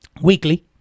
weekly